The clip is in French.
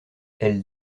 elle